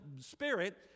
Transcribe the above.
Spirit